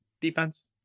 defense